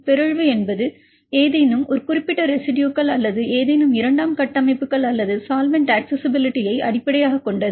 பிறழ்வு என்பது ஏதேனும் ஒரு குறிப்பிட்ட ரெசிடுயுகள் அல்லது ஏதேனும் இரண்டாம் கட்டமைப்புகள் அல்லது சால்வெண்ட் அக்சஸிஸிபிலிட்டியை அடிப்படையாகக் கொண்டது